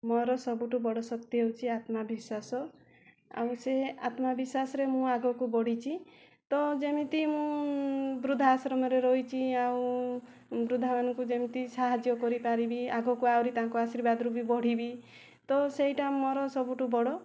ମୋର ସବୁଠୁ ବଡ ଶକ୍ତି ହେଉଛି ଆତ୍ମାବିଶ୍ୱାସ ଆଉ ସେ ଆତ୍ମାବିଶ୍ୱାସରେ ମୁଁ ଆଗକୁ ବଢ଼ିଛି ତ ଯେମିତି ମୁଁ ବୃଦ୍ଧାଆଶ୍ରମରେ ରହିଛି ଆଉ ବୃଦ୍ଧାମାନଙ୍କୁ ଯେମିତି ସାହାଯ୍ୟ କରିପାରିବି ଆଗକୁ ଆହୁରି ତାଙ୍କ ଆଶୀର୍ବାଦରୁ ବି ବଢ଼ିବି ତ ସେହିଟା ମୋର ସବୁଠୁ ବଡ